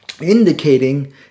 indicating